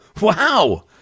Wow